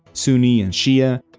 sunni and shia.